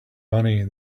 money